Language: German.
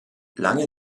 lange